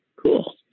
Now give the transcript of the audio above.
Cool